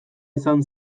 izan